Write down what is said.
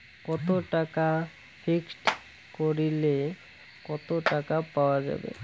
কত টাকা ফিক্সড করিলে কত টাকা পাওয়া যাবে?